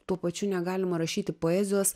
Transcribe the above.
tuo pačiu negalima rašyti poezijos